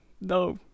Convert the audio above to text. no